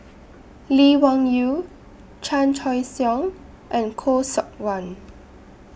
Lee Wung Yew Chan Choy Siong and Khoo Seok Wan